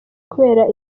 kubera